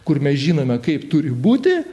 kur mes žinome kaip turi būti